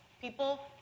People